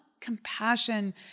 compassion